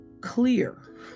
clear